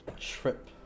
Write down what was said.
trip